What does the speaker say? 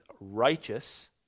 righteous